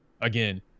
again